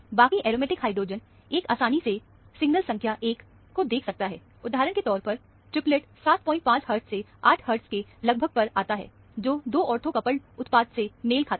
बाकी aromatic hydrogen एक आसानी से सिग्नल संख्या1 को देख सकता है उदाहरण के तौर पर यह ट्रिपलेट 75 हर्टज से 8 हर्टज के लगभग पर आता है जो दो ऑर्थो कपल्ड उत्पाद से मेल खाता है